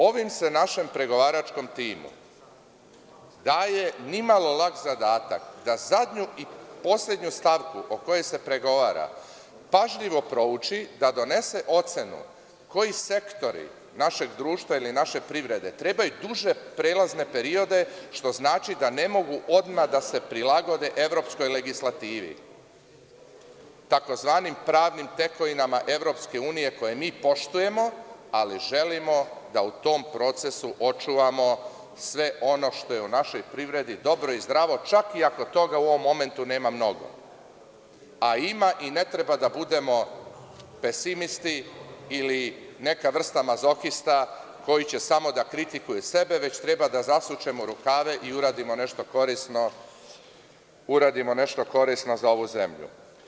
Ovim se našem pregovaračkom timu daje nimalo lak zadatak da zadnju i poslednju stavku o kojoj se pregovara pažljivo prouči, da donese ocenu koji sektori našeg društva ili naše privrede trebaju duže prelazne periode, što znači da ne mogu odmah da se prilagode evropskoj legislativi, tzv. pravnim tekovinama EU koje mi poštujemo, ali želimo da u tom procesu očuvamo sve ono što je u našoj privredi dobro i zdravo, čak i ako toga u ovom momentu nema mnogo, a ima i ne treba da budemo pesimisti ili neka vrsta mazohista koji će samo da kritikuju sebe, već treba da zasučemo rukave i uradimo nešto koristno za ovu zemlju.